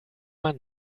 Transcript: man